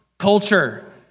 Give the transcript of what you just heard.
Culture